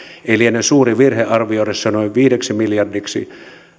ettei liene suuri virhe arvioida ne noin viideksi miljardiksi